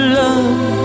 love